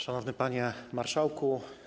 Szanowny Panie Marszałku!